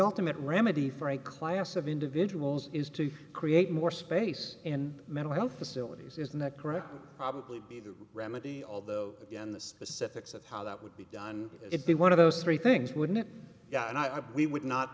ultimate remedy for a class of individuals is to create more space in mental health facilities isn't that correct probably be the remedy although the specifics of how that would be done it be one of those three things wouldn't it and i we would not